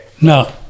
No